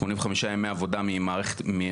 85 ימי עבודה מהבחירות.